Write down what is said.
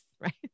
right